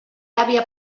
havia